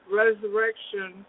resurrection